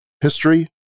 History